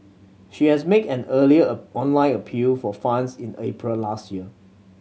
she has make an earlier a online appeal for funds in April last year